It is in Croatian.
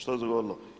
Što se dogodilo?